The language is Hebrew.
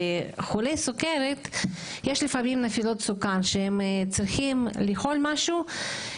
לחולי סוכרת יש לפעמים נפילות סוכר והם צריכים לאכול משהו,